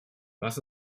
was